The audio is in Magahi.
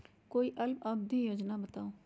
कोई अल्प अवधि योजना बताऊ?